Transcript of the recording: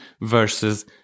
versus